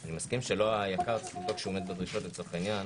אני מסכים שלא היק"ר צריך לבדוק שהוא עומד בדרישות לצורך העניין.